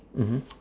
mmhmm